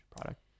product